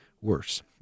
worse